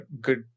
good